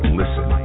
listen